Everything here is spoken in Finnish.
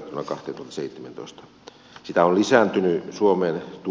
suomen tuonti on lisääntynyt